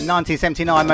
1979